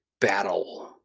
battle